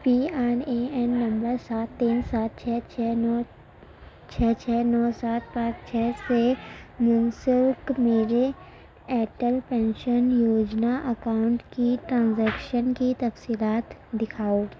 P R A N نمبر سات تین سات چھ چھ نو چھ چھ نو سات پانچ چھ سے منسلک میرے اٹل پینشن یوجنا اکاؤنٹ کی ٹرانزیکشن کی تفصیلات دکھاؤ